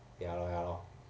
ya lor ya lor